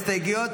ההסתייגויות?